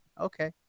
Okay